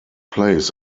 plays